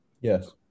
Yes